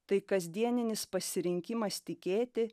tai kasdieninis pasirinkimas tikėti